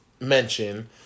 mention